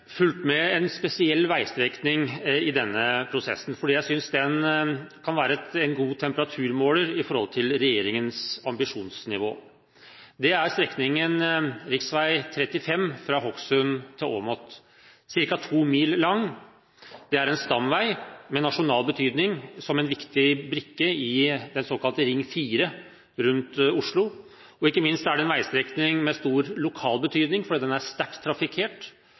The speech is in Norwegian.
fulgt med på en spesiell veistrekning i denne prosessen, fordi jeg synes den kan være en god temperaturmåler når det gjelder regjeringens ambisjonsnivå. Det er strekningen rv. 35 fra Hokksund til Åmot. Den er ca. to mil lang. Det er en stamvei med nasjonal betydning og en viktig brikke i den såkalte ring 4 rundt Oslo, og ikke minst er det en veistrekning med stor lokal betydning, fordi den er sterkt trafikkert,